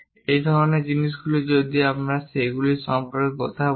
এই ধরণের জিনিসগুলি যদি আমরা সেগুলি সম্পর্কে কথা বলি